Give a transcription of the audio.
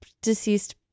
deceased